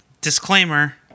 Disclaimer